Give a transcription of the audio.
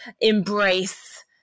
embrace